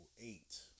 eight